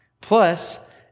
Plus